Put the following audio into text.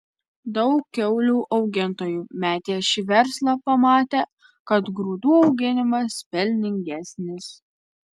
daug kiaulių augintojų metė šį verslą pamatę kad grūdų auginimas pelningesnis